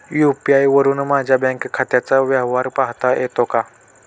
UPI वरुन माझ्या bank खात्याचा व्यवहार पाहता येतो का?